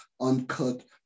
uncut